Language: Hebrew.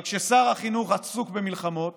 אבל כששר החינוך עסוק במלחמות